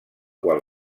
qual